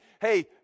Hey